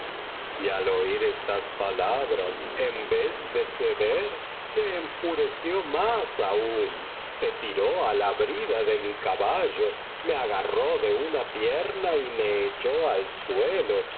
y al oir estas palabras en vez de ceder se enfureció más aún se tiró á la brida de mi caballo me agarró de una pierna y me echó al suelo